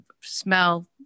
smell